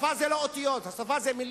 השפה זה לא אותיות, השפה זה מלים.